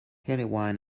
erlewine